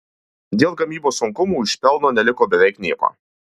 dėl gamybos sunkumų iš pelno neliko beveik nieko